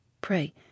Pray